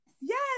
Yes